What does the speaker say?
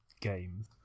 game